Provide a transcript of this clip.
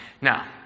Now